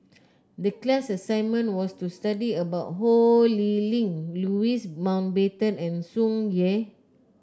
the class assignment was to study about Ho Lee Ling Louis Mountbatten and Tsung Yeh